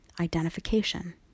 Identification